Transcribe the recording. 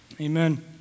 Amen